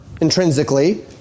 intrinsically